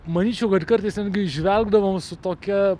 manyčiau kad kartais netgi žvelgdavom su tokia